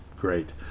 great